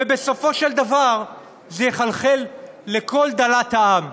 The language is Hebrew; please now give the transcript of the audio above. ובסופו של דבר זה יחלחל לכל דלת העם.